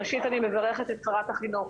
ראשית, אני מברכת את שרת החינוך